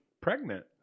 pregnant